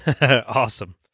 Awesome